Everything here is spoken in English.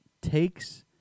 takes